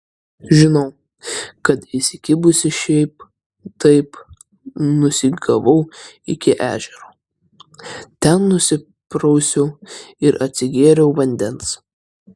žinau kad įsikibusi šiaip taip nusigavau iki ežero ten nusiprausiau ir atsigėriau vandens